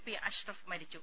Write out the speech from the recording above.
P Ashraf മരിച്ചു